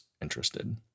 interested